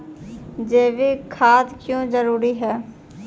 जैविक खाद क्यो जरूरी हैं?